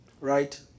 right